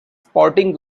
sporting